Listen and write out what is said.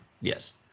yes